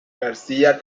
garcía